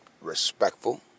respectful